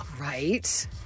Right